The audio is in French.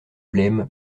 blême